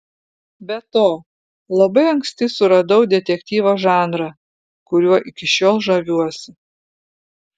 be to labai anksti suradau detektyvo žanrą kuriuo iki šiol žaviuosi